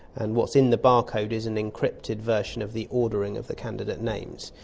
and what's in the barcode is an encrypted version of the ordering of the candidate names.